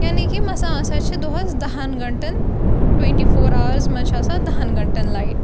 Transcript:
یعنے کہِ مَساں مساں چھِ دۄہَس دَہَن گَنٹَن ٹُوَنٹی فور اَوٲرٕس منٛز چھِ آسان دَہَن گَنٹَن لایِٹ